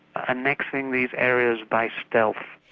annexing these areas by stealth.